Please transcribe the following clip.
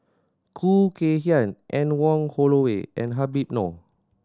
Khoo Kay Hian Anne Wong Holloway and Habib Noh